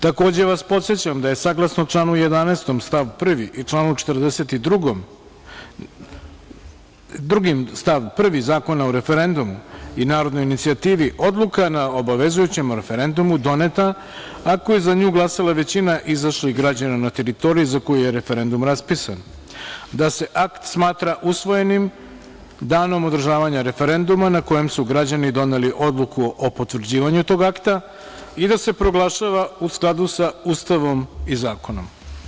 Takođe vas podsećam da je, saglasno članu 11. stav 1. i članu 42. stav 1. Zakona o referendumu i narodnoj inicijativi odluka na obavezujućem referendumu doneta ako je za nju glasala većina izašlih građana na teritoriji za koju je referendum raspisan, da se akt smatra usvojenim danom održavanja referenduma na kojem su građani doneli odluku o potvrđivanju tog akta i da se proglašava u skladu sa Ustavom i zakonom.